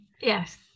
Yes